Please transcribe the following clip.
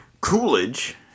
Coolidge